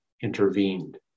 intervened